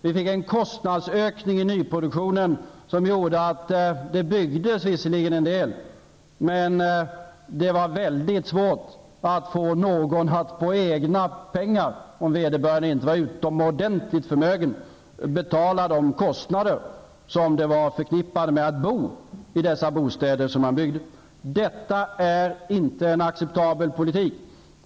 Vi fick en kostnadsökning i nyproduktionen som medförde att det visserligen byggdes en del, men det var mycket svårt att få någon -- om vederbörande inte var utomordentligt förmögen -- att med egna pengar betala de kostnader som var förknippade med att bo i de bostäder som byggdes. Detta är inte en acceptabel politik.